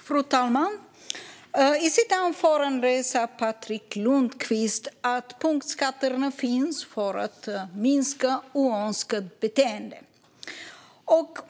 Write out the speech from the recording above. Fru talman! I sitt anförande sa Patrik Lundqvist att punktskatterna finns för att minska oönskat beteende.